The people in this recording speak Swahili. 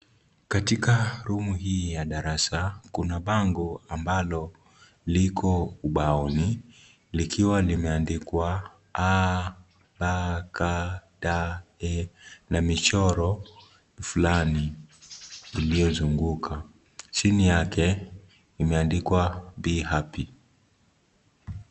Katika rumu hii ya darasa kuna bango ambalo liko ubaoni likiwa limeandikwa ABCDE na michoro fulani iliyozunguka chini yake imeandikwa be happy .